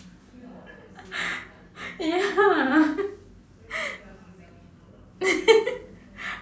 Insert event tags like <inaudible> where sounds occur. <laughs> ya <laughs>